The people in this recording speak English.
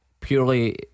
Purely